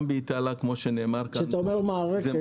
גם באיטליה --- כשאתה אומר "מערכת",